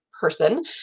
person